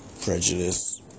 prejudice